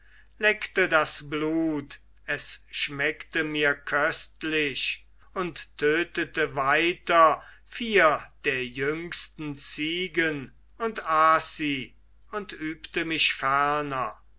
leckte das blut es schmeckte mir köstlich und tötete weiter vier der jüngsten ziegen und aß sie und übte mich ferner